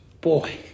Boy